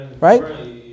right